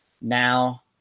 Now